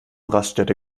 raststätte